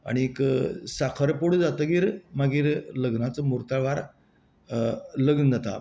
आनीक साखरपुडो जातकीर मागीर लग्नाच्या म्हुर्ता वेळार लग्न जाता